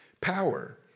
power